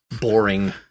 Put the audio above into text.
boring